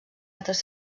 altres